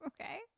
Okay